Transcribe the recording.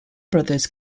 brothers